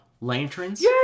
Lanterns